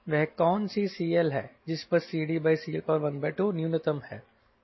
वह कौन सी CL है जिस पर CDCL12 न्यूनतम है